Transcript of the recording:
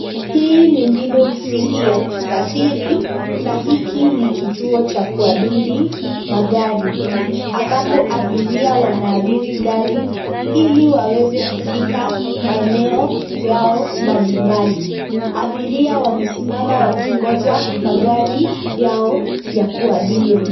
Hii ni mbinu msingi ya kusafiri na hiki ni kituo cha kuabiri magari ambapo abiria wanaabiri gari ili waweze kufika maeneo yao mbalimbali. Abiria wamesimama wakingoja magari yao ya kuabiri.